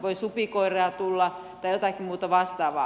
voi supikoiria tulla tai jotakin muuta vastaavaa